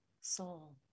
soul